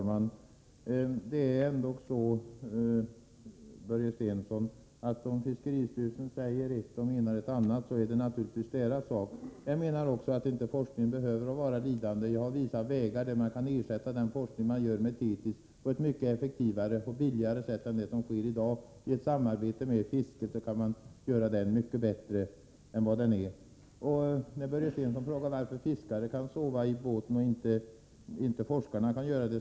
Herr talman! Om fiskeristyrelsen säger ett och menar ett annat, Börje Stensson, är det naturligtvis ändock deras sak. Men jag menar att forskningen inte behöver bli lidande. Jag har visat vägar för att ersätta den forskning som bedrivs med Thetis så att den blir mycket effektivare och billigare än i dag. I samarbete med fisket kan man göra forskningen mycket bättre än den är. Börje Stensson frågar varför fiskare kan sova i båten när inte forskare kan göra det.